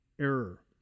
error